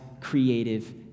creative